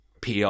PR